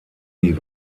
die